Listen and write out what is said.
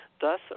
Thus